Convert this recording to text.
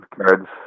cards